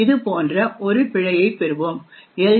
இது போன்ற ஒரு பிழையைப் பெறுவோம் எல்